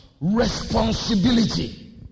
responsibility